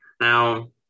Now